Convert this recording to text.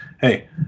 hey